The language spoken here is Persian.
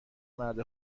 مرد